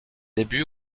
débuts